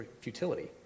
futility